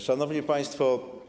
Szanowni Państwo!